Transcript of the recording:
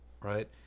right